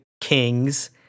kings